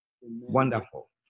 Wonderful